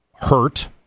hurt